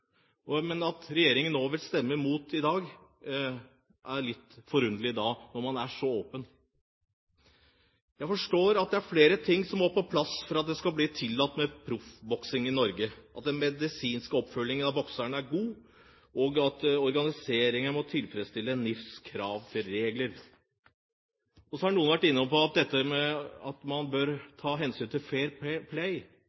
At regjeringspartiene vil stemme imot i dag, er da litt forunderlig når man er så åpen. Jeg forstår at det er flere ting som må på plass for at det skal bli tillatt med proffboksing i Norge, som at den medisinske oppfølgingen av bokserne er god, og at organiseringen må tilfredsstille NIFs krav til regler. Noen har vært inne på at man bør ta hensyn til «fair play», at